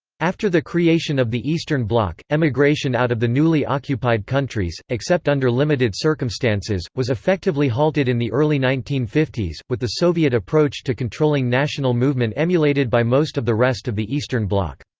after the creation of the eastern bloc, emigration out of the newly occupied countries, except under limited circumstances, was effectively halted in the early nineteen fifty s, with the soviet approach to controlling national movement emulated by most of the rest of the eastern bloc.